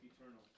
eternal